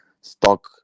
stock